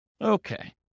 Okay